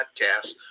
podcast